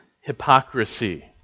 hypocrisy